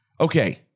Okay